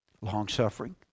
Long-suffering